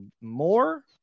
more